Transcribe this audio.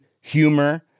humor